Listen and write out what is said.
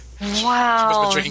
Wow